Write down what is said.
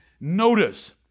notice